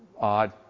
odd